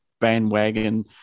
bandwagon